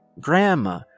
Grandma